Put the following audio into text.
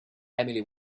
emily